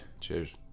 cheers